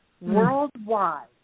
worldwide